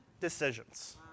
decisions